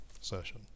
session